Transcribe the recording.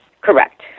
Correct